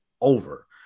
over